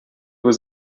was